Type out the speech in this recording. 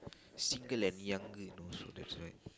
single and younger and also that's what